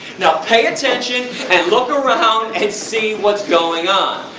now pay attention and look around and see what's going on.